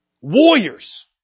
Warriors